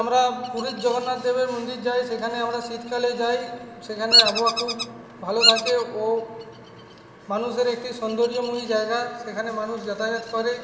আমরা পুরীর জগন্নাথ দেবের মন্দির যাই সেখানে আমরা শীতকালে যাই সেখানে আবহাওয়া খুব ভালো থাকে ও মানুষের একটি সৌন্দর্যময় জায়গা সেখানে মানুষ যাতায়াত করে